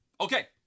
okay